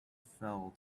fell